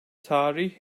tarih